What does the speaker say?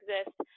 exist